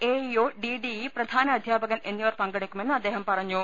A E O D D E പ്രധാന അധ്യാപകൻ എന്നിവർ പങ്കെടുക്കുമെന്ന് അദ്ദേഹം പറ ഞ്ഞു